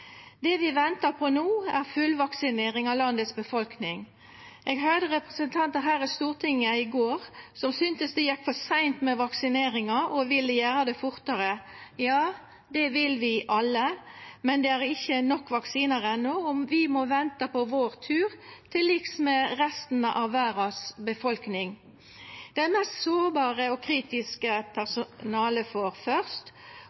Det vi ventar på no, er fullvaksinering av landets befolkning. Eg høyrde representantar her i Stortinget i går som syntest det gjekk for seint med vaksineringa og ville gjera det fortare. Ja, det vil vi alle, men det er ikkje nok vaksinar enno, og vi må venta på vår tur til liks med resten av verdas befolkning. Dei mest sårbare og kritisk personale får først,